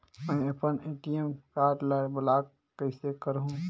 मै अपन ATM card ल ब्लाक कइसे करहूं?